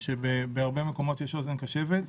שבהרבה מקומות יש אוזן קשבת.